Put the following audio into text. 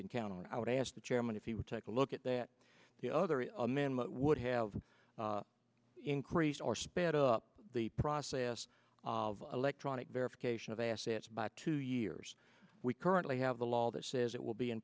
can count on and i would ask the chairman if he would take a look at that the other amendment would have increased or sped up the process of electronic verification of assets by two years we currently have the law that says it will be in